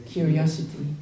Curiosity